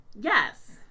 Yes